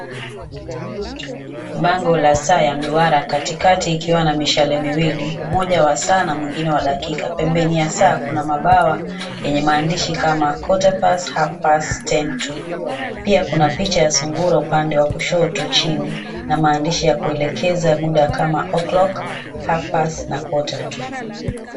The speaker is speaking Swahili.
Bango la saa ya mduara katikakati ikiwa na mishale miwili, moja wa saa na mwingine wa dakika. Pembeni ya saa Kuna mabawa yenye maandishi kama,"quarter past, half past, ten to," pia kuna picha ya sungura upande wa kushoto chini, na maandishi ya kuelekeza muda kama,"o'clock, half past na quarter to."